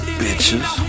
bitches